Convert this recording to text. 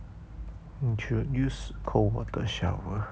you should use cold water shower